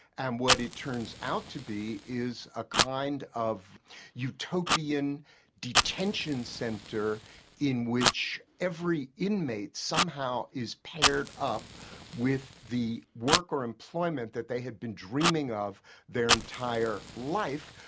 and what it turns out to be is a kind of utopian detention centre in which every inmate somehow is paired up with the work or employment that they had been dreaming of their entire life,